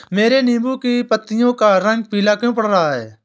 मेरे नींबू की पत्तियों का रंग पीला क्यो पड़ रहा है?